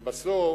ובסוף,